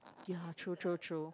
ya true true true